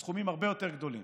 בסכומים הרבה יותר גדולים.